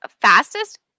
fastest